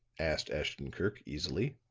asked ashton-kirk, easily.